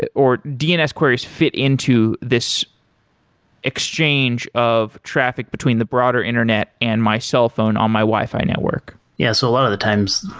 or dns queries fit into this exchange of traffic between the broader internet and my cellphone on my wi-fi network yes. a lot of the times,